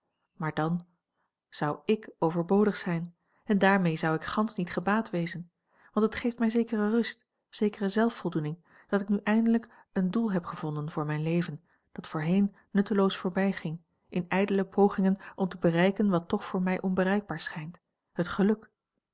maar dan zou ik overbodig zijn en daarmee zou ik gansch niet gebaat wezen want het geeft mij zekere rust zekere zelfvoldoening dat ik nu eindelijk een doel heb gevonden voor mijn leven dat voorheen nutteloos voorbijging in ijdele pogingen om te bereiken wat toch voor mij onbereikbaar schijnt het geluk